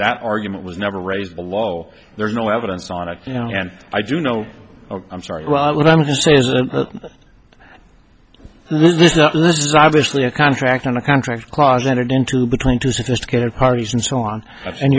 argument was never raised below there's no evidence on it you know and i do know i'm sorry but i'm just saying this is this is obviously a contract on a contract clause entered into between two sophisticated parties and so on and